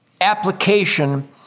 application